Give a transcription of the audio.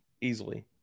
easily